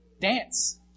dance